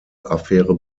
affäre